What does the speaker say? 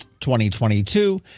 2022